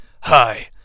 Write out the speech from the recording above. Hi